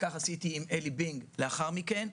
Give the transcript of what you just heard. וכך עשיתי עם עלי בינג לאחר מכן.